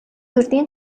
урьдын